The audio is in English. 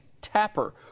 Tapper